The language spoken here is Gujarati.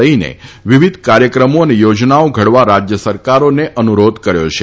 લઈને વિવિધ કાર્યક્રમો અને યોજનાઓ ઘડવા રાજ્ય સરકારોને અનુરોધ કર્યો છે